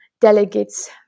delegates